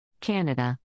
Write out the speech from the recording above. Canada